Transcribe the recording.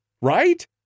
Right